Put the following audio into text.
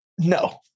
no